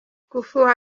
gufuha